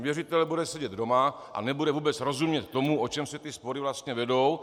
Věřitel bude sedět doma a nebude vůbec rozumět tomu, o čem se ty spory vlastně vedou.